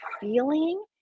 feeling